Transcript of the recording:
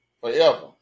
forever